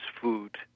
food